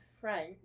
front